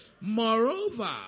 Moreover